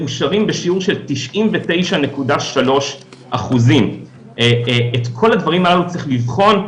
מאושר בשיעור של 99.3%. את כל הדברים האלה צריך לבחון.